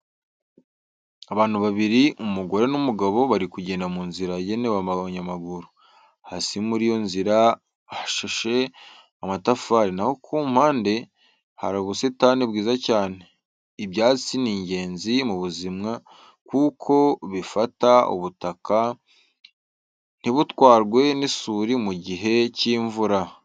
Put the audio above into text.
Abantu babiri, umugore n'umugabo bari kugenda mu nzira yagenewe abanyamaguru, hasi muri iyo nzira hashashe amatafari na ho ku mpande hari ubusitani bwiza cyane. Ibyatsi ni ingenzi mu buzima kuko bifata ubutaka ntibutwarwe n'isuri mu gihe cy'imvura.